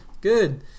Good